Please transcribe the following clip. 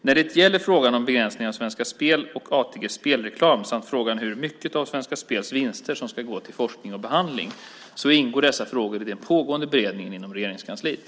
När det gäller frågan om begränsning av AB Svenska Spels och ATG:s spelreklam samt frågan om hur mycket av Svenska Spels vinster som ska gå till forskning och behandling så ingår dessa frågor i den pågående beredningen inom Regeringskansliet.